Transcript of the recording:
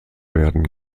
werden